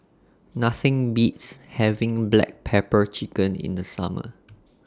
Nothing Beats having Black Pepper Chicken in The Summer